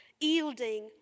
yielding